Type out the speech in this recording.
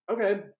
Okay